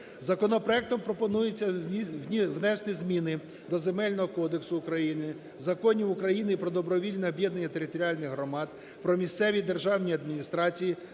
Законопроектом пропонується внести зміни до Земельного кодексу України, Законів України "Про добровільне об'єднання територіальних громад", "Про місцеві державні адміністрації"